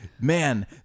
man